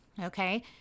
Okay